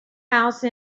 house